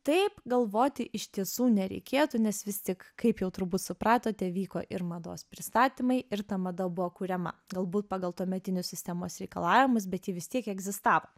taip galvoti iš tiesų nereikėtų nes vis tik kaip jau turbūt supratote vyko ir mados pristatymai ir ta mada buvo kuriama galbūt pagal tuometinius sistemos reikalavimus bet ji vis tiek egzistavo